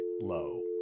low